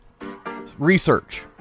Research